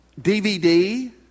DVD